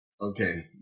Okay